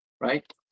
right